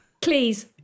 please